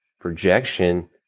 projection